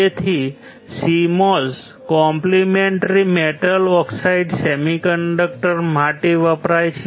તેથી CMOS complementary metal oxide semiconductor માટે વપરાય છે